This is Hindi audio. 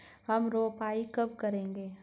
हम रोपाई कब करेंगे?